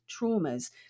traumas